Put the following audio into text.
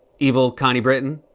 evil connie britton?